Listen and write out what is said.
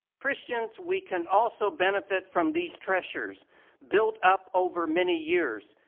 christians, we can also benefit from these treasures built up over many years,